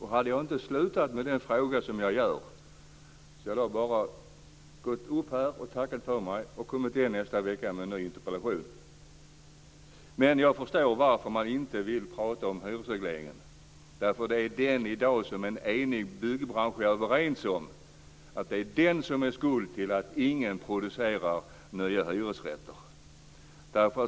Hade jag inte avslutat min fråga på det sätt som jag gör, hade jag bara gått upp i talarstolen, tackat för mig och kommit igen nästa vecka med en ny interpellation. Men jag förstår varför man inte vill prata om hyresregleringen. En enig byggbransch är i dag överens om att det är den som är skuld till att ingen producerar nya hyresrätter.